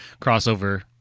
crossover